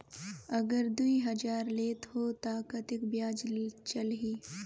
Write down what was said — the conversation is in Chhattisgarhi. अगर दुई हजार लेत हो ता कतेक ब्याज चलही?